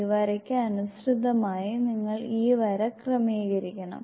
ഈ വരക്ക് അനുസൃതമായി നിങ്ങൾ ഈ വര ക്രമീകരിക്കണം